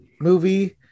movie